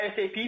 SAP